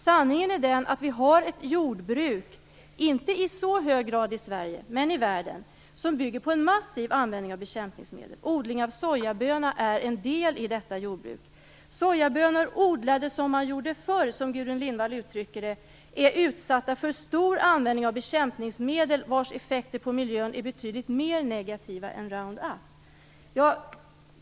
Sanningen är den att vi har ett jordbruk, inte i så hög grad i Sverige men i världen, som bygger på en massiv användning av bekämpningsmedel. Odling av sojaböna är en del i detta jordbruk. Sojabönor odlade som man gjorde förr, som Gudrun Lindvall uttrycker det, är utsatta för stor användning av bekämpningsmedel, vars effekter på miljön är betydligt mer negativa än Roundup.